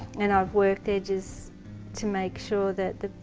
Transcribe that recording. and i've worked edges to make sure that the,